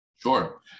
Sure